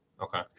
Okay